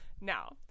Now